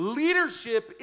leadership